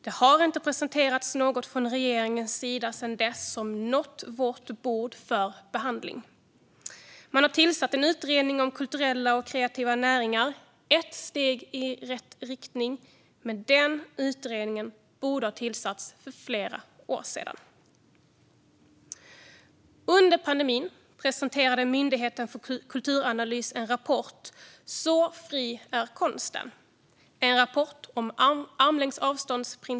Det har inte presenterats något från regeringens sida sedan dess som nått vårt bord för behandling. Man har tillsatt en utredning om kulturella och kreativa näringar. Det är ett steg i rätt riktning, men den utredningen borde ha tillsatts för flera år sedan. Under pandemin presenterade Myndigheten för kulturanalys en rapport, Så fri är konsten . Det är en rapport om principen om armlängds avstånd.